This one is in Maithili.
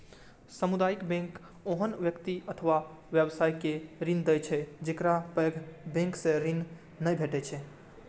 सामुदायिक बैंक ओहन व्यक्ति अथवा व्यवसाय के ऋण दै छै, जेकरा पैघ बैंक सं ऋण नै भेटै छै